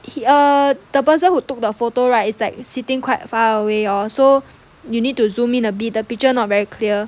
err the person who took the photo right it's like sitting quite far away hor so you need to zoom in a bit the picture not very clear